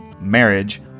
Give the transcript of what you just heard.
marriage